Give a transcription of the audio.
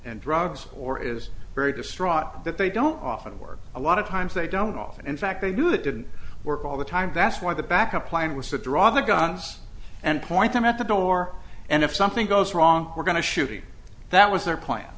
and drugs or is very distraught that they don't often work a lot of times they don't often in fact they do it didn't work all the time that's why the backup plan was to draw the guns and point them at the door and if something goes wrong we're going to shooting that was their plan